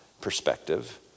perspective